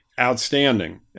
Outstanding